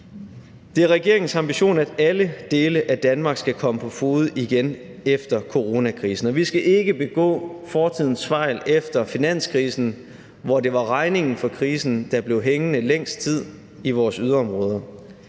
Det er regeringens ambition, at alle dele af Danmark skal komme på fode igen efter coronakrisen, og vi skal ikke begå fortidens fejl efter finanskrisen, hvor regningen for krisen blev hængende længst tid i vores yderområder.